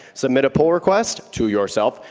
submit a pull request to yourself,